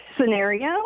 scenario